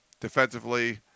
defensively